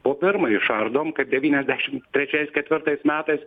po pirmai išardom kaip devyniasdešimt trečiais ketvirtais metais